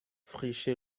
frische